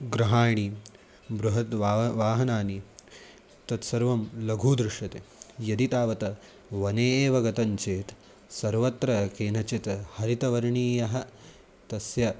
गृहाणि बृहद् वा वाहनानि तत्सर्वं लघुः दृश्यते यदि तावत् वने एव गतः चेत् सर्वत्र केनचित् हरितवर्णीयः तस्य